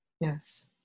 Yes